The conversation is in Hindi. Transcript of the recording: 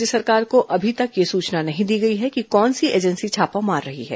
राज्य सरकार को अभी तक यह सूचना भी नहीं दी गई कि कौन सी एजेंसी छापा मार रही है